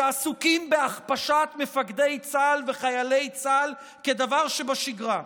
שעסוקים בהכפשת מפקדי צה"ל וחיילי צה"ל כדבר שבשגרה,